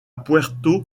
puerto